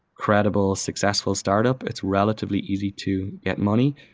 credible, successful startup, it's relatively easy to get money.